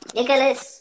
Nicholas